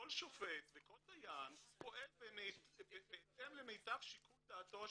כל שופט וכל דיין פועל בהתאם למיטב שיקול דעתו השיפוטית,